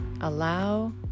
allow